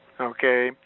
okay